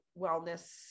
wellness